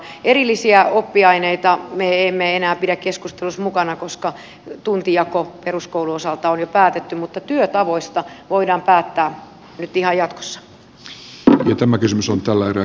erillisiä oppiaineita me emme enää pidä keskustelussa mukana koska tuntijako peruskoulun osalta on jo päätetty mutta työtavoista voidaan päättää nyt ihan jatkossa